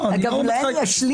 אולי אני אשלים.